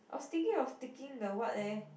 I was thinking of taking the what leh